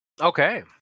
Okay